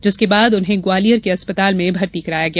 जिसके बाद उन्हें ग्वालियर के अस्पताल में भर्ती कराया गया